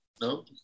no